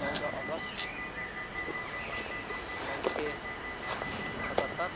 चौध अगस्त उन्नाइस सय सतात्तर